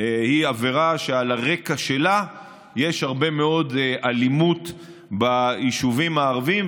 היא עבירה שעל הרקע שלה יש הרבה מאוד אלימות ביישובים הערביים,